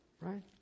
Right